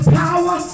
power